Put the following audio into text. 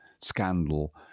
scandal